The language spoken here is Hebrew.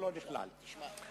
אבל הם